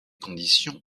conditions